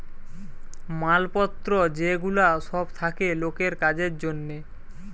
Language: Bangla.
মাল পত্র যে গুলা সব থাকে লোকের কাজের জন্যে